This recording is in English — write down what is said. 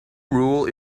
rule